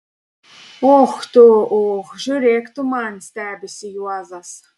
och tu och žiūrėk tu man stebisi juozas